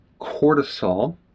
cortisol